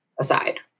aside